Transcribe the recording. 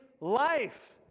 life